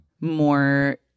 more